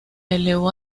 elevó